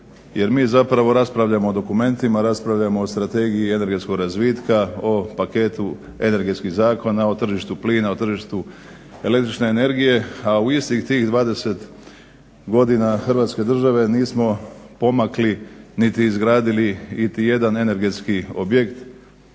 jer mi zapravo raspravljamo o dokumentima, raspravljamo o Strategiji energetskog razvitka, o paketu energetskih zakona, o tržištu plina, o tržištu električne energije, a u istih tih 20 godina Hrvatske države nismo pomakli niti izgradili niti jedan energetski objekt